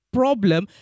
problem